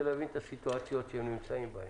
להבין את הסיטואציות שהם נמצאים בהן,